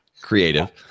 Creative